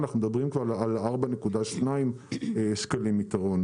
אנחנו כבר מדברים על 4.2 שקלים יתרון.